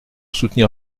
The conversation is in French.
soutenir